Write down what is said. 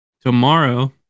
tomorrow